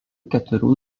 keturių